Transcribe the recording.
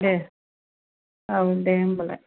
दे औ दे होमबालाय